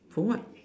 for what